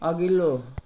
अघिल्लो